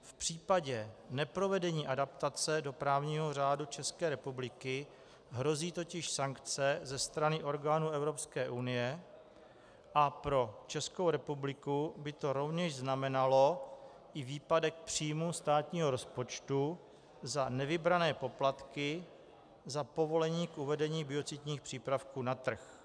V případě neprovedení adaptace do právního řádu České republiky hrozí totiž sankce ze strany orgánů Evropské unie a pro Českou republiku by to rovněž znamenalo i výpadek příjmů státního rozpočtu za nevybrané poplatky za povolení k uvedení biocidních přípravků na trh.